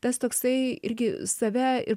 tas toksai irgi save ir